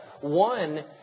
One